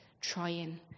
trying